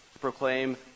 proclaim